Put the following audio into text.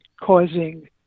causing